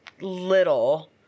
little